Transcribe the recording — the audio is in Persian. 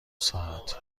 ساعت